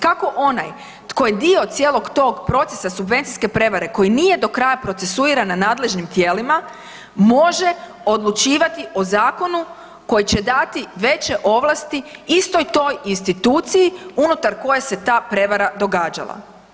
Kako onaj tko je dio cijelog tog procesa subvencijske prevare koji nije do kraja procesuiran na nadležnim tijelima može odlučivati o zakonu koji će dati veće ovlasti istoj toj instituciji unutar koje se ta prevara događala.